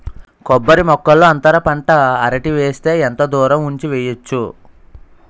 కొబ్బరి మొక్కల్లో అంతర పంట అరటి వేస్తే ఎంత దూరం ఉంచి వెయ్యొచ్చు?